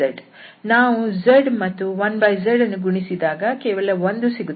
ನಾವು z ಮತ್ತು 1z ಅನ್ನು ಗುಣಿಸಿದಾಗ ಕೇವಲ 1 ಸಿಗುತ್ತದೆ